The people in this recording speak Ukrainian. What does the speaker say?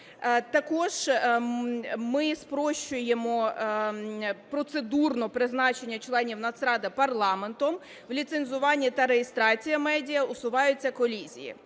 Також ми спрощуємо процедурно призначення членів Нацради парламентом, в ліцензуванні та реєстрації медіа усуваються колізії.